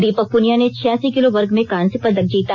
दीपक पुनिया ने छियासी किलो वर्ग में कांस्य पदक जीता